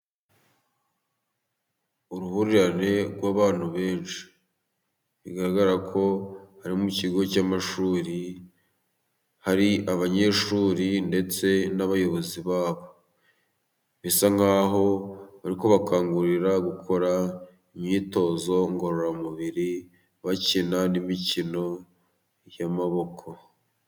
Uruhurirane rw'abantu benshi. Bigaragara ko harimo kigo cy'amashuri hari abanyeshuri ndetse n'abayobozi babo bisa nkaho barikangurira gukora imyitozo ngororamubiri bakina n'imikino y'amaboko